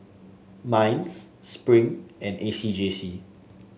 Minds Spring and A C J C